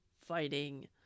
fighting